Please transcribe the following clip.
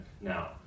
Now